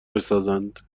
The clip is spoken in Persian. بسازند